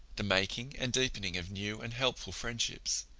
the making and deepening of new and helpful friendships,